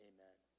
Amen